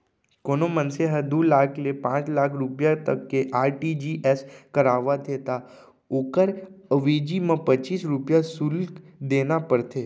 कोनों मनसे ह दू लाख ले पांच लाख रूपिया तक के आर.टी.जी.एस करावत हे त ओकर अवेजी म पच्चीस रूपया सुल्क देना परथे